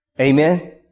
Amen